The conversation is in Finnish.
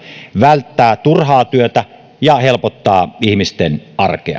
välttää turhaa työtä ja helpottaa ihmisten arkea